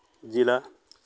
ᱡᱮᱞᱟ